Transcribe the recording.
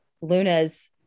Luna's